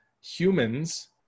Humans